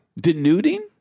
Denuding